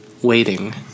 Waiting